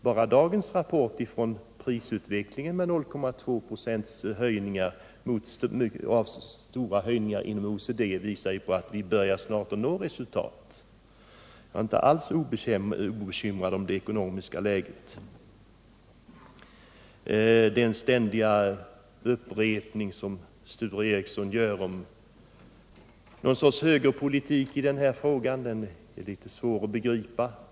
Bara dagens rapport om prisutvecklingen, som för Sverige uppvisar bara 0,2 26 prishöjningar medan OECD i övrigt har fått stora ökningar, visar att vi börjar nå resultat. Jag är inte obekymrad om det ekonomiska läget. Det påstående om högerpolitik i denna fråga som Sture Ericson ständigt upprepar är litet svårt att begripa.